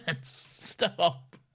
stop